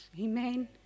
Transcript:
amen